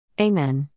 Amen